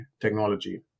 technology